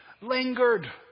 lingered